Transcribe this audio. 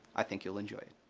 i think you'll enjoy it.